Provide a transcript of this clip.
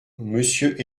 monsieur